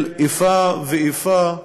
של איפה ואיפה,